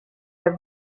are